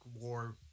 war